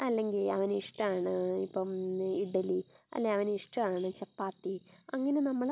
അല്ലെങ്കിൽ അവന് ഇഷ്ടമാണ് ഇപ്പം ഇഡലി അല്ലേ അവന് ഇഷ്ടമാണ് ചപ്പാത്തി അങ്ങനെ നമ്മൾ